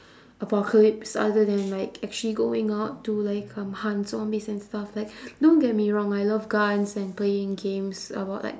apocalypse other than like actually going out to like um hunt zombies and stuff like don't get me wrong I love guns and playing games about like